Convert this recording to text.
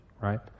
right